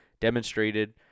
demonstrated